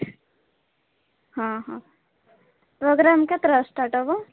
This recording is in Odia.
ହଁ ହଁ ପ୍ରୋଗ୍ରାମ୍ କେତେଟାରେ ସ୍ଟାର୍ଟ୍ ହେବ